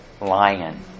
lion